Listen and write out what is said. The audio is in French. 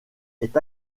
est